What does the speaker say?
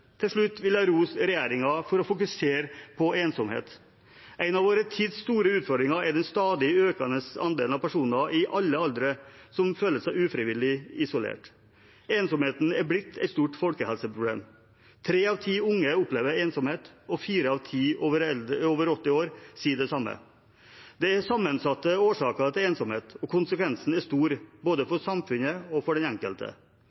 Til slutt vil jeg rose regjeringen for å fokusere på ensomhet. En av vår tids store utfordringer er den stadig økende andelen av personer i alle aldre som føler seg ufrivillig isolert. Ensomhet er blitt et stort folkehelseproblem. Tre av ti unge opplever ensomhet, og fire av ti over 80 år sier det samme. Det er sammensatte årsaker til ensomhet, og konsekvensene er store både for samfunnet og for den enkelte.